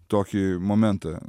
tokį momentą